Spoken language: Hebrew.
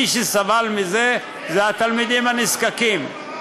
מי שסבלו מזה אלה התלמידים הנזקקים.